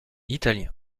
italien